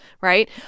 right